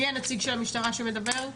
מי הנציג של המשטרה שמדבר?